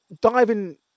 diving